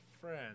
friends